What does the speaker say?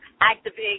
activate